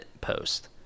post